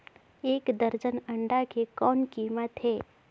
एक दर्जन अंडा के कौन कीमत हे?